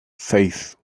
seis